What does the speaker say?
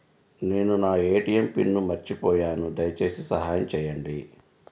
నేను నా ATM pin మర్చిపోయాను దయచేసి సహాయం చేయండి